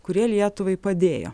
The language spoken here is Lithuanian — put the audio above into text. kurie lietuvai padėjo